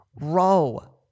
row